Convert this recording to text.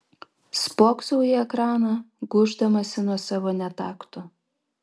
spoksau į ekraną gūždamasi nuo savo netakto